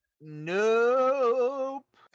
Nope